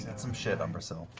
and some shit, umbrasyl.